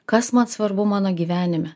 kas man svarbu mano gyvenime